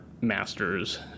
masters